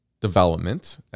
development